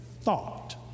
thought